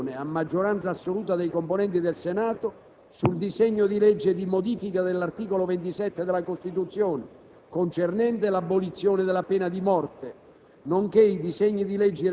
la seconda deliberazione, a maggioranza assoluta dei componenti del Senato, sul disegno di legge di modifica dell'articolo 27 della Costituzione, concernente l'abolizione della pena di morte,